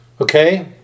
Okay